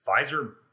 Pfizer